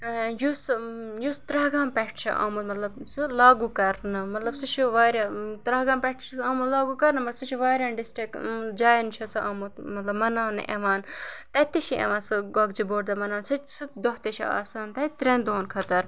یُس یُس ترٛہ گام پٮ۪ٹھ چھِ آمُت مطلب زِ لاگو کَرنہٕ مطلب سُہ چھِ واریاہ ترٛہ گام پٮ۪ٹھ چھِ سُہ آمُت لاگو کَرنہٕ مگر سُہ چھِ وایاہَن ڈِسٹِرٛکٹ جایَن چھِ سہَ آمُت مطلب مَناونہٕ یِوان تَتہِ تہِ چھِ یِوان سُہ گۄگجہِ بوٚڑ دۄہ مَناونہٕ سُہ تہِ سُہ دۄہ تہِ چھِ آسان تَتہِ ترٛٮ۪ن دۄہَن خٲطرٕ